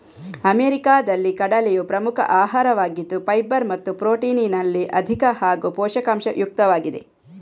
ಅಮೆರಿಕಾದಲ್ಲಿ ಕಡಲೆಯು ಪ್ರಮುಖ ಆಹಾರವಾಗಿದ್ದು ಫೈಬರ್ ಮತ್ತು ಪ್ರೊಟೀನಿನಲ್ಲಿ ಅಧಿಕ ಹಾಗೂ ಪೋಷಕಾಂಶ ಯುಕ್ತವಾಗಿದೆ